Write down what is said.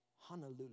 Honolulu